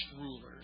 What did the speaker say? rulers